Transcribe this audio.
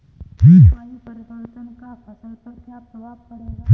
जलवायु परिवर्तन का फसल पर क्या प्रभाव पड़ेगा?